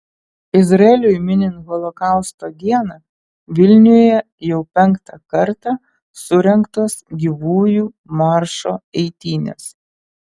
izraeliui minint holokausto dieną vilniuje jau penktą kartą surengtos gyvųjų maršo eitynės